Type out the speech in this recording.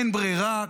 אין ברירה,